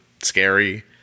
scary